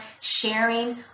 sharing